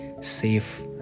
safe